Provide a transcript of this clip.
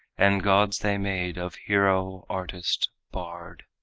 and gods they made of hero, artist, bard.